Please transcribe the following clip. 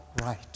right